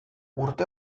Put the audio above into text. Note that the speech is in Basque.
urte